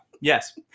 Yes